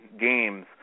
games